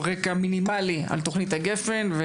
רקע מינימלי על הלקונות בתוכנית גפ"ן.